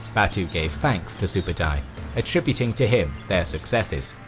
batu gave thanks to sube'etei, attributing to him their successes.